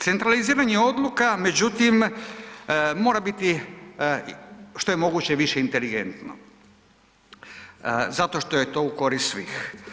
Centraliziranje odluka, međutim, mora biti što je moguće više inteligentno zato što je to u korist svih.